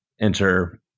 enter